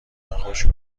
خوش